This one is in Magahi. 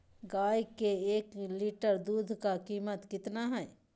गाय के एक लीटर दूध का कीमत कितना है?